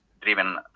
driven